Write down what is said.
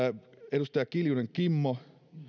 edustaja kiljunen kimmo